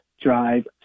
drive